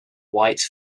white